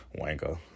wanker